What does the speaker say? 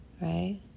Right